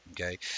okay